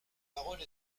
parole